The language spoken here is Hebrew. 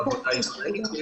תודה.